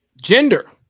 gender